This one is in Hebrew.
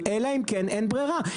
אלא אם כן אין ברירה.